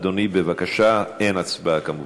הרווחה והבריאות.